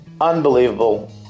Unbelievable